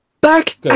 Back